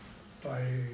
by